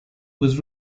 was